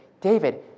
David